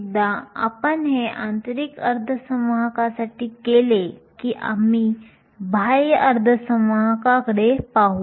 एकदा आपण हे आंतरिक अर्धवाहकांसाठी केले की आपण बाह्य अर्धवाहकांकडे पाहू